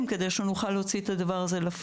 כדי שנוכל להוציא את הדבר הזה לפועל.